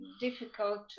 difficult